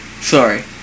Sorry